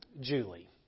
Julie